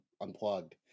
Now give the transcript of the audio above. Unplugged